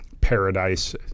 paradise